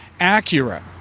Acura